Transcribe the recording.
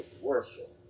worship